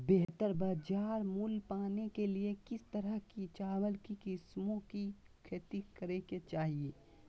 बेहतर बाजार मूल्य पाने के लिए किस तरह की चावल की किस्मों की खेती करे के चाहि?